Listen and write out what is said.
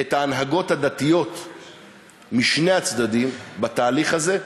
גם את ההנהגות הדתיות משני הצדדים בתהליך הזה.